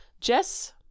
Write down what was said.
Jess